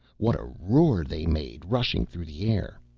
what a roar they made, rushing through the air!